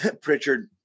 Pritchard